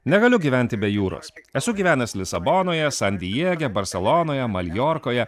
negaliu gyventi be jūros esu gyvenęs lisabonoje san diege barselonoje maljorkoje